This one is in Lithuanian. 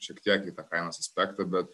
šiek tiek į tą kainos aspektą bet